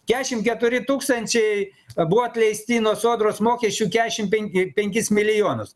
kešim keturi tūkstančiai buvo atleisti nuo sodros mokesčių kešim penki penkis milijonus